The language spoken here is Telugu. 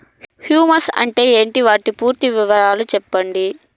హ్యూమస్ అంటే ఏంటి? వాటి పూర్తి వివరాలు సెప్పండి?